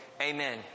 Amen